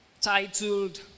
titled